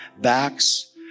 backs